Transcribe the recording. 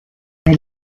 elle